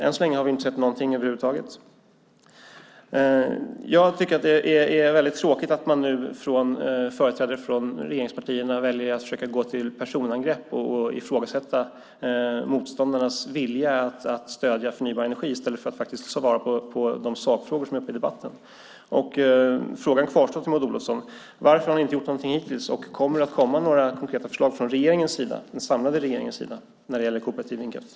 Än så länge har vi inte sett någonting av det. Det är tråkigt att företrädare för regeringspartierna nu väljer att försöka gå till personangrepp och ifrågasätta motståndarnas vilja att stödja förnybar energi, i stället för att svara på de sakfrågor som är uppe till debatt. Frågan till Maud Olofsson kvarstår: Varför har ni inte gjort någonting hittills och kommer det några konkreta förslag från den samlade regeringens sida när det gäller kooperativ vindkraft?